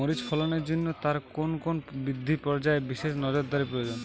মরিচ ফলনের জন্য তার কোন কোন বৃদ্ধি পর্যায়ে বিশেষ নজরদারি প্রয়োজন?